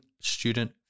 Student